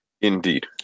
Indeed